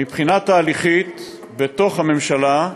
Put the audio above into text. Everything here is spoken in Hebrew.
מבחינת תהליכים בתוך הממשלה,